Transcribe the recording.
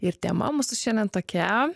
ir tema mūsų šiandien tokia